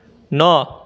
नौ